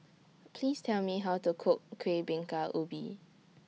Please Tell Me How to Cook Kueh Bingka Ubi